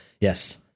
yes